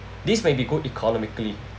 this may be good economically